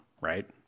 right